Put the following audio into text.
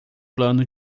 plano